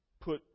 put